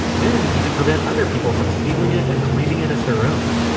then you can prevent other people from stealing it and claiming it as their own.